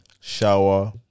Shower